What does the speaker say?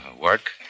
work